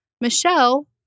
Michelle